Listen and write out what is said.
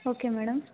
okay madam